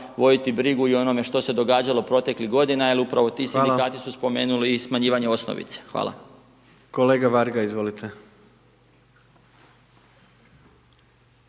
voditi brigu i o onome što se događalo proteklih g. jer upravo ti sindikati su spomenuli i smanjivanje osnovice. Hvala. **Jandroković,